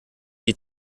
die